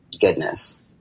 goodness